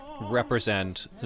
represent